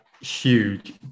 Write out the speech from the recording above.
Huge